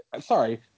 sorry